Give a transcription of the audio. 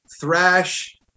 thrash